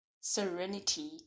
serenity